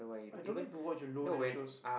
I don't like to watch alone eh shows